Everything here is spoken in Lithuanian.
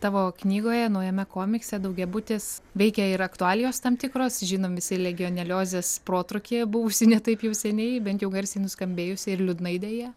tavo knygoje naujame komikse daugiabutis veikia ir aktualijos tam tikros žinom visi legioneliozės protrūkį buvusį ne taip jau seniai bent jau garsiai nuskambėjusį ir liūdnai deja